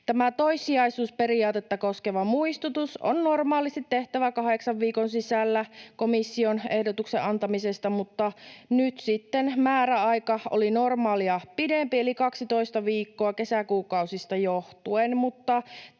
toissijaisuusperiaatetta koskeva muistutus on normaalisti tehtävä kahdeksan viikon sisällä komission ehdotuksen antamisesta, mutta nyt sitten määräaika oli normaalia pidempi eli 12 viikkoa kesäkuukausista johtuen,